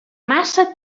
massa